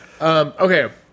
Okay